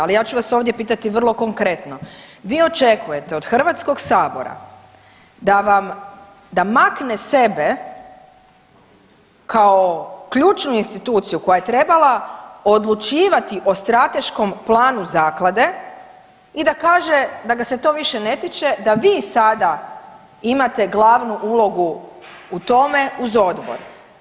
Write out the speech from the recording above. Ali ja ću vas ovdje pitati vrlo konkretno, vi očekujete od HS-a da makne sebe kao ključnu instituciju koja je trebala odlučivati o strateškom planu zaklade i da kaže da ga se to više ne tiče da vi sada imate glavnu ulogu u tome uz odbor?